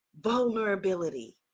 Vulnerability